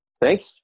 Thanks